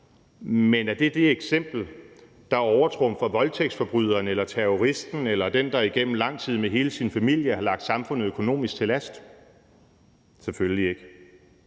men er det det eksempel, der overtrumfer voldtægtsforbryderen eller terroristen eller den, der igennem lang tid med hele sin familie har ligget samfundet økonomisk til last? Selvfølgelig ikke.